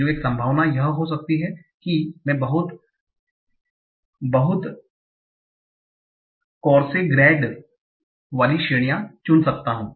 तो एक संभावना यह हो सकती है कि मैं बहुत बहुत कौरसे ग्रेंड वाली श्रेणियां चुन सकता हूं